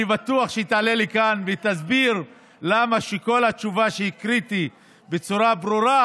אני בטוח שהיא תעלה לכאן והיא תסביר למה כל התשובה שהקראתי בצורה ברורה,